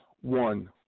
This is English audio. one